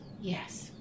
Yes